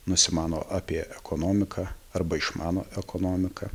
nusimano apie ekonomiką arba išmano ekonomiką